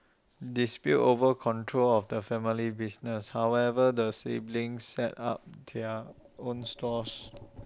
disputes over control of the family business however the siblings set up their own stalls